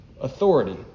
authority